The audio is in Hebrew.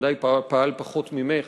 בוודאי פעל פחות ממך,